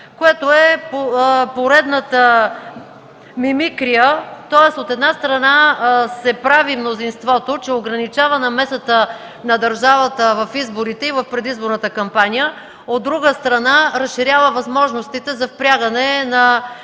което е поредната мимикрия. Тоест от една страна, мнозинството се прави, че ограничава намесата на държавата в изборите и в предизборната кампания, а от друга, разширява възможностите за впрягане на